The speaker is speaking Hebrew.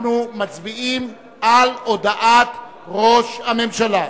אנחנו מצביעים על הודעת ראש הממשלה.